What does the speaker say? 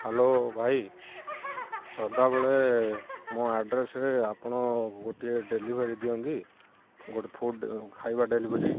hello ଭାଇ ସଦାବେଳେ ମୋ ଆଡ୍ରେସ୍ରେ ଆପଣ ଗୋଟିଏ ଡେଲିଭରି ଦିଅନ୍ତି ଗୋଟେ ଫୁଡ୍ ଖାଇବା ଡେଲିଭରି